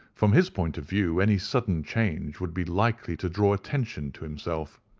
from his point of view, any sudden change would be likely to draw attention to himself.